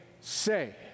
say